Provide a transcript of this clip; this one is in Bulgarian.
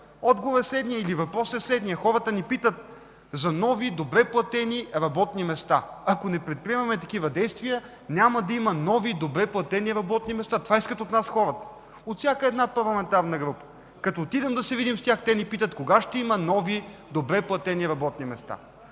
и нищо не правим. Въпросът е следният: хората ни питат за нови, добре платени работни места. Ако не предприемем такива действия няма да има нови, добре платени работни места. Това искат от нас хората от всяка една парламентарна група. Като отидем да се видим с тях те ни питат: кога ще има нови, добре платени работни места?